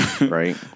Right